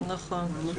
נכון.